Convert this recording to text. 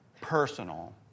personal